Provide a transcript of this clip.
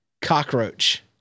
cockroach